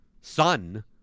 Son